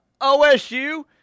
OSU